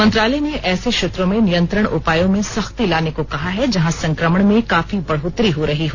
मंत्रालय ने ऐसे क्षेत्रों में नियंत्रण उपायों में सख्ती लाने को कहा है जहां संक्रमण में काफी बढ़ोतरी हो रही हो